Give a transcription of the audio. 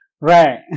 Right